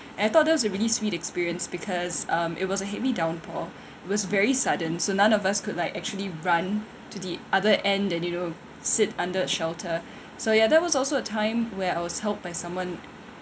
and I thought that was a really sweet experience because um it was a heavy downpour it was very sudden so none of us could like actually run to the other end and you know sit under a shelter so ya that was also a time where I was helped by someone